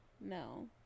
No